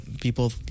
People